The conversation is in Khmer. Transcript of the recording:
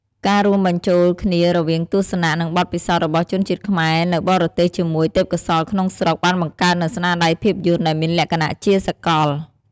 ការរួមបញ្ចូលគ្នារវាងទស្សនៈ និងបទពិសោធន៍របស់ជនជាតិខ្មែរនៅបរទេសជាមួយទេពកោសល្យក្នុងស្រុក បានបង្កើតនូវស្នាដៃភាពយន្តដែលមានលក្ខណៈជាសកល។